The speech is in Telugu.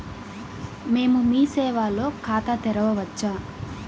మేము మీ సేవలో ఖాతా తెరవవచ్చా?